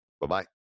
Bye-bye